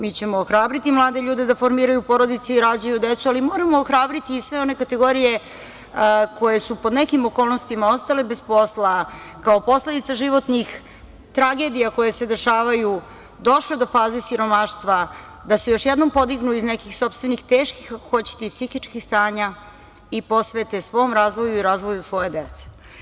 Mi ćemo ohrabriti mlade ljude da formiraju porodice i rađaju decu, ali moramo ohrabriti i sve one kategorije koje su pod nekim okolnostima ostale bez posla, kao posledica životnih tragedija koje se dešavaju, došle do faze siromaštva, da se još jednom podignu iz nekih sopstvenih teških, ako hoćete i psihičkih stanja, i posvete svom razvoju i razvoju svoje dece.